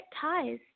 ties